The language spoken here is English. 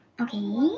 Okay